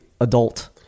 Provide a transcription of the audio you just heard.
adult